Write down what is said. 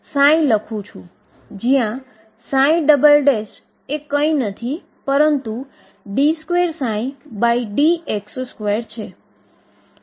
જ્યારે તમે boundary condition સાથેની સમસ્યાનું નિરાકરણ લાવો છો